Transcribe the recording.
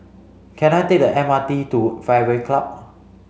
can I take the M R T to Fairway Club